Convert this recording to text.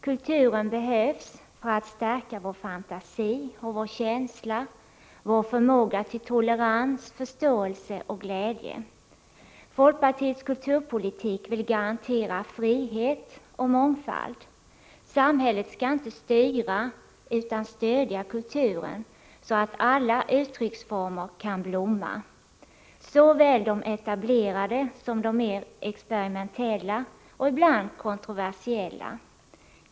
Kulturen behövs för att stärka vår fantasi och vår känsla, vår förmåga till tolerans, förståelse och glädje. Folkpartiets kulturpolitik vill garantera frihet och mångfald. Samhället skall inte styra utan stödja kulturen så att alla uttrycksformer kan blomma, såväl de etablerade som de mer experimentella och ibland kontroversiella.